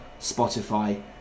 Spotify